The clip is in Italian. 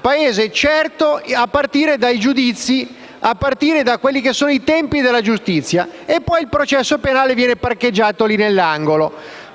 Paese certo, a partire da quelli che sono i tempi della giustizia. E poi il processo penale viene parcheggiato lì nell'angolo.